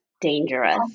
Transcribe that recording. dangerous